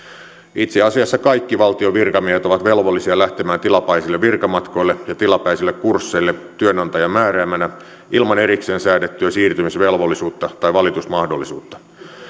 itse asiassa kaikki valtion virkamiehet ovat velvollisia lähtemään tilapäisille virkamatkoille ja tilapäisille kursseille työnantajan määräämänä ilman erikseen säädettyä siirtymisvelvollisuutta tai valitusmahdollisuutta